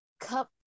Cup